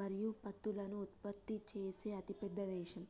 మరియు పత్తులను ఉత్పత్తి చేసే అతిపెద్ద దేశం